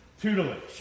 tutelage